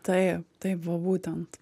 tai taip va būtent